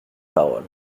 paroles